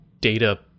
data